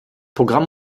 programm